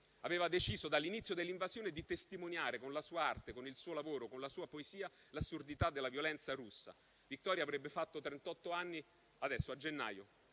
Aveva deciso, dall'inizio dell'invasione, di testimoniare con la sua arte, con il suo lavoro, con la sua poesia, l'assurdità della violenza russa. Viktorija avrebbe compiuto trentotto anni adesso, a gennaio.